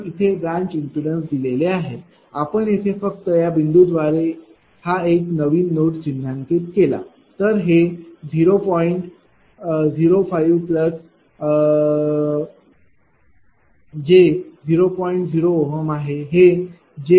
तर इथे branch impedance दिलेले आहेत आपण येथे फक्त या बिंदूद्वारे हा एक नोन्ड चिन्हांकित केला